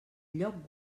lloc